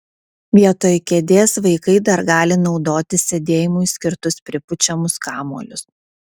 vietoj kėdės vaikai dar gali naudoti sėdėjimui skirtus pripučiamus kamuolius